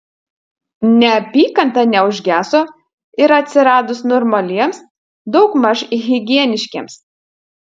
neapykanta neužgeso ir atsiradus normaliems daugmaž higieniškiems